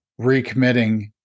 recommitting